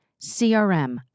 CRM